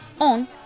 on